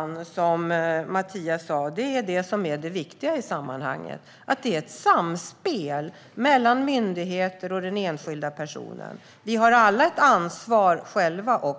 Herr talman! Det sista som Mathias sa är det viktiga i sammanhanget: Det är ett samspel mellan myndigheter och den enskilda personen. Vi har alla ett ansvar själva,